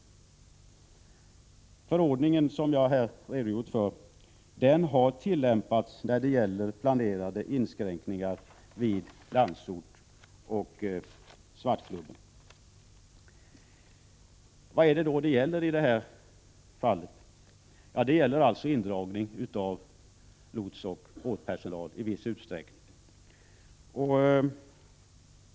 Den förordning som jag här har redogjort för har tillämpats när det gäller planerade inskränkningar vid Landsort och Svartklubben. Vad gäller det i det här fallet? Ja, det gäller indragning av lotsoch båtpersonal i viss utsträckning.